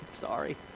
Sorry